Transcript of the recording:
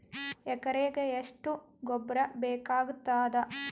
ಎಕರೆಗ ಎಷ್ಟು ಗೊಬ್ಬರ ಬೇಕಾಗತಾದ?